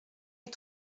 est